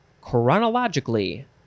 chronologically